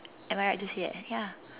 am I right to say that ya